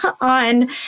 on